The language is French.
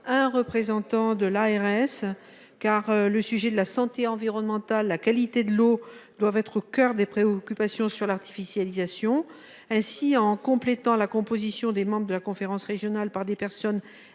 un représentant de l'ARS. Car le sujet de la santé environnementale, la qualité de l'eau doivent être au coeur des préoccupations sur l'artificialisation ainsi en complétant la composition des membres de la conférence régionale par des personnes